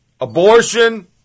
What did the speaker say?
Abortion